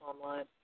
online